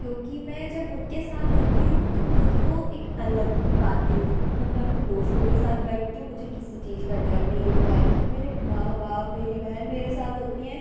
क्योंकि मैं जब उन के साथ होती हूँ तो ख़ु द को एक अलग ही पाती हूँ जब मैं अपने दोस्तों के साथ बैठती हूँ मुझे किसी चीज़ का डर नहीं होता है जब मेरे माँ बाप मेरी बहन मेरे साथ होती है